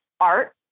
art